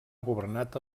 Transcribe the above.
governat